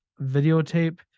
videotape